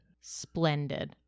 Splendid